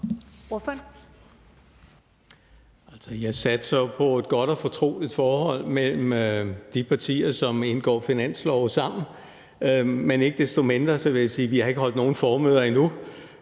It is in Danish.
Jeg satser jo på et godt og fortroligt forhold mellem de partier, som indgår aftaler om finanslove sammen, men ikke desto mindre vil jeg sige, at vi endnu